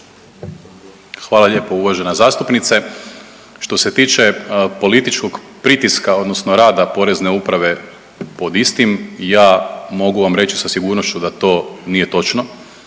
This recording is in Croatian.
Hvala lijepo uvažena zastupnice. Što se tiče političkog pritiska odnosno rada porezne uprave pod istim ja mogu vam reći sa sigurnošću da to nije točno.